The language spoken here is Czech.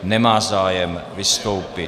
Nemá zájem vystoupit.